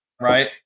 right